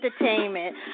Entertainment